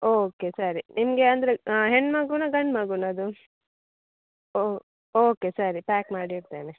okay ಸರಿ ನಿಮಗೆ ಅಂದರೆ ಹೆಣ್ಣು ಮಗುನಾ ಗಂಡು ಮಗುನಾ ಅದು ಓಕೆ ಸರಿ ಪ್ಯಾಕ್ ಮಾಡಿ ಇಡ್ತೇನೆ